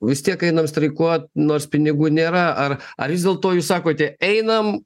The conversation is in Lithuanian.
vis tiek einam streikuot nors pinigų nėra ar ar vis dėlto jūs sakote einam